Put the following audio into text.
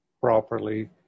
properly